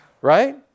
Right